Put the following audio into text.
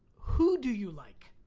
who do you like?